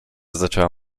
zaczęła